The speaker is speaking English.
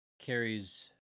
Carrie's